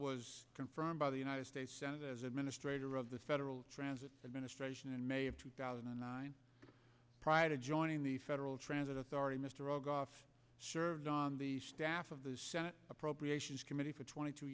was confirmed by the united states senate as administrator of the federal transit administration in may of two thousand and nine prior to joining the federal transit authority mr rugg off served on the staff of the senate appropriations committee for twenty two